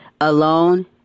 alone